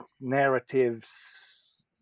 narratives